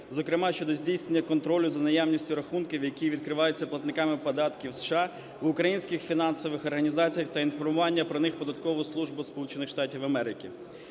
зокрема щодо здійснення контролю за наявністю рахунків, які відкриваються платниками податків США в українських фінансових організаціях та інформування про них в податкову службу